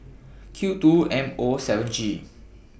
Q two M O seven G